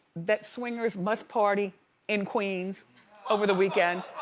that swingers must party in queens over the weekend?